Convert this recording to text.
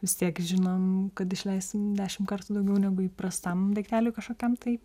vis tiek žinom kad išleisim dešimt kartų daugiau negu įprastam daikteliui kažkokiam tai